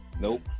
Nope